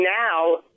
now